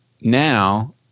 now